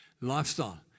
lifestyle